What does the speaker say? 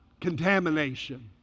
contamination